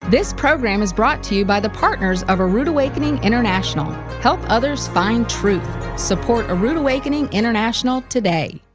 this program is brought to you by the partners of a rood awakening international. help others find truth. support a rood awakening international today.